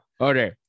Okay